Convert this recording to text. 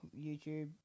YouTube